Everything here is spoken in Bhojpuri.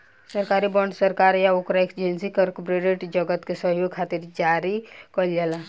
सरकारी बॉन्ड सरकार आ ओकरा एजेंसी से कॉरपोरेट जगत के सहयोग खातिर जारी कईल जाला